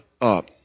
up